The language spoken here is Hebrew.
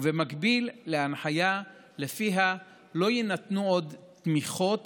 במקביל להנחיה שלפיה לא יינתנו עוד תמיכות